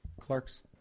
Clark's